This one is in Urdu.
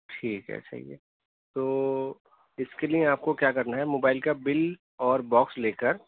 ٹھیک ہے صحیح ہے تو اس کے لیے آپ کو کیا کرنا ہے موبائل کا بل اور باکس لے کر